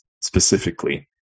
specifically